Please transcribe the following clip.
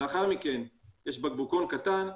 לאחר מכן יש בקבוקון קטן,